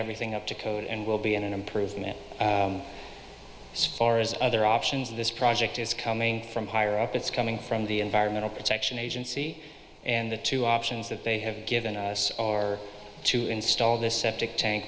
everything up to code and will be an improvement as far as other options this project is coming from higher up it's coming from the environmental protection agency and the two options that they have given us are to install this septic tank